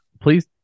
Please